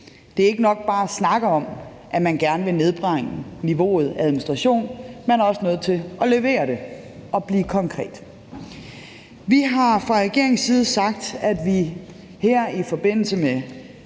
Det er ikke nok bare at snakke om, at man gerne vil nedbringe niveauet af administration; man er også nødt til at levere det og blive konkret. Vi har fra regeringens side sagt, at vi her i 2025 vil